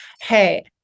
hey